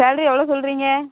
salary எவ்வளோ சொல்லுறீங்க